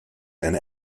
and